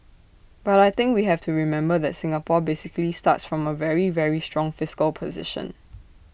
but I think we have to remember that Singapore basically starts from A very very strong fiscal position